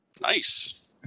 Nice